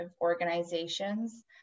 organizations